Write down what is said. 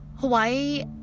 Hawaii